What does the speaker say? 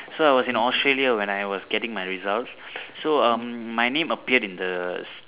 so I was in Australia when I was getting my results so um my name appeared in the